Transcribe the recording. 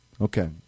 Okay